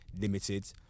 limited